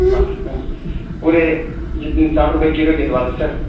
ساٹھ روپئے پورے جتنے ساٹھ روپئے کلو کے اعتبار سے سر